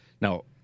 Now